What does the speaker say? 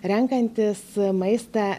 renkantis maistą